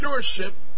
stewardship